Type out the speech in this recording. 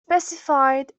specified